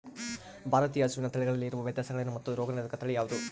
ಭಾರತೇಯ ಹಸುವಿನ ತಳಿಗಳಲ್ಲಿ ಇರುವ ವ್ಯತ್ಯಾಸಗಳೇನು ಮತ್ತು ರೋಗನಿರೋಧಕ ತಳಿ ಯಾವುದು?